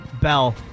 Bell